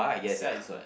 sia is what